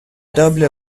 double